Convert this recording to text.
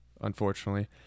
unfortunately